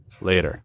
later